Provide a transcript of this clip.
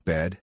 Bed